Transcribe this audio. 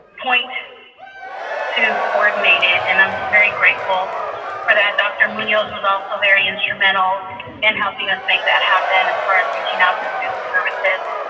point to coordinate it and i'm very grateful for that. dr. munoz was also very instrumental in helping us make that happen as far as reaching out to student services.